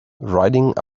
riding